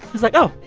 he's like, oh,